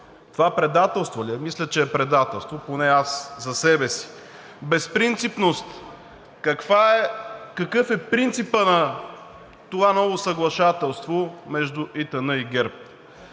Това предателство ли е? Мисля, че е предателство, поне аз за себе си. Безпринципност. Какъв е принципът на това ново съглашателство между ИТН и ГЕРБ?